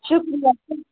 شُکریہ